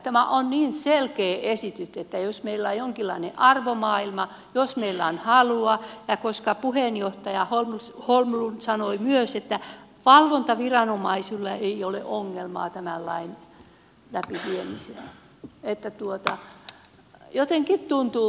tämä on niin selkeä esitys että jos meillä on jonkinlainen arvomaailma jos meillä on halua ja koska puheenjohtaja holmlund sanoi myös että valvontaviranomaisilla ei ole ongelmaa tämän lain läpiviemisessä niin jotenkin tuntuu vain merkilliseltä